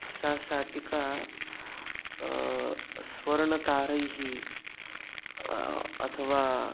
सा शाटिका स्वर्णतारैः अथवा